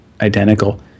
identical